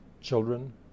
children